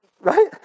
Right